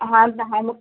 हाँ तो हम